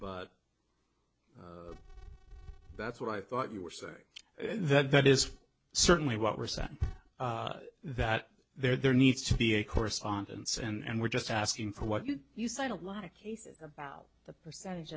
but that's what i thought you were saying that that is certainly what we're saying that there needs to be a correspondence and we're just asking for what did you sign a lot of cases about the percentage